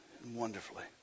wonderfully